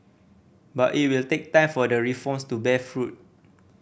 but it will take time for the reforms to bear fruit